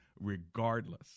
regardless